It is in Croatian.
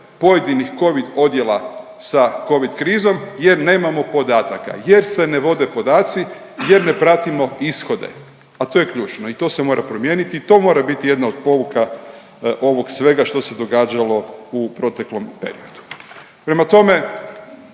pojedinih Covid odjela sa Covid krizom jer nemamo podataka, jer se ne vode podaci, jer ne pratimo ishode, a to je ključno i to se mora promijeniti i to mora biti jedna od pouka ovog svega što se događalo u proteklom periodu. Prema tome,